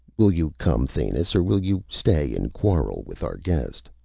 will you come, thanis, or will you stay and quarrel with our guest?